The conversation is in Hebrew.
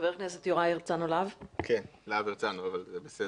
חבר הכנסת יוראי להב הרצנו, בבקשה.